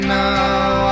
now